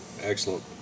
Excellent